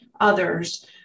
others